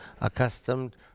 accustomed